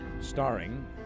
Starring